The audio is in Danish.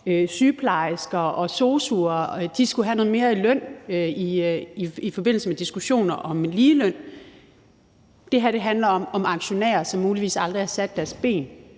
sygeplejersker og sosu'er skulle have noget mere i løn, i forbindelse med diskussioner om ligeløn. Det her handler om, om aktionærer, som muligvis aldrig har sat deres ben